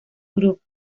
group